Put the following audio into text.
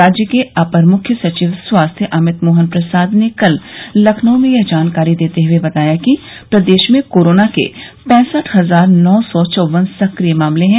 राज्य के अपर मुख्य सचिव स्वास्थ्य अमित मोहन प्रसाद ने कल लखनऊ में यह जानकारी देते हुए बताया कि प्रदेश में कोरोना के पैंसठ हजार नौ सौ चौवन सक्रिय मामले हैं